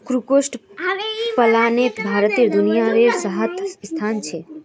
कुक्कुट पलानोत भारतेर दुनियाभारोत सातवाँ स्थान छे